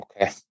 okay